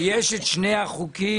ויש את שני החוקים.